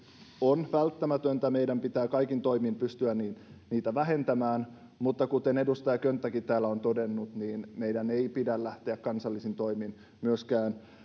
on välttämätöntä ja meidän pitää kaikin toimin pystyä niitä vähentämään mutta kuten edustaja könttäkin täällä on todennut meidän ei pidä lähteä kansallisin toimin